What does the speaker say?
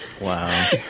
wow